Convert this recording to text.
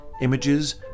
images